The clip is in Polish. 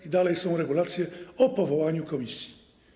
I dalej są regulacje o powołaniu komisji.